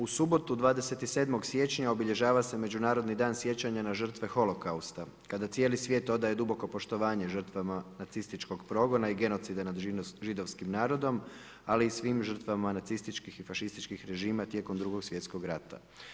U subotu 27. siječnja obilježava se Međunarodni dan sjećanja na žrtve holokausta kada cijeli svije odaje duboko poštovanje žrtvama nacističkog progona i genocida nad židovskim narodom ali i svim žrtvama nacističkih i fašističkih režima tijekom Drugog svjetskog rata.